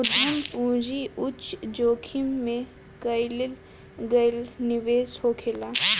उद्यम पूंजी उच्च जोखिम में कईल गईल निवेश होखेला